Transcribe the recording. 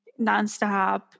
nonstop